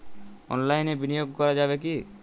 অনলাইনে বিনিয়োগ করা যাবে কি?